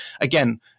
again